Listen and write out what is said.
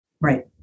Right